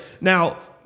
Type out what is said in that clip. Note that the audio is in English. Now